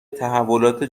تحولات